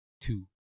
two